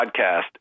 podcast